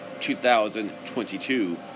2022